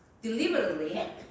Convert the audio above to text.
deliberately